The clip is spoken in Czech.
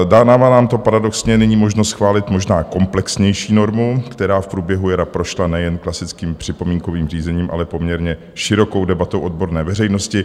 Dává nám to paradoxně nyní možnost schválit možná komplexnější normu, která v průběhu jara prošla nejen klasickým připomínkovým řízením, ale poměrně širokou debatou odborné veřejnosti.